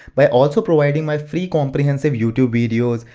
by also providing my free comprehensive youtube videos,